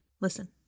Listen